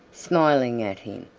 smiling at him.